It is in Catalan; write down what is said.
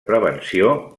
prevenció